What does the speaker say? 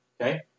Okay